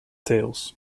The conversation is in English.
tales